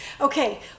Okay